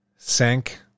sank